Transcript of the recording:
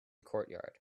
courtyard